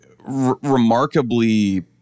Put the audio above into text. remarkably